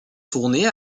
tournée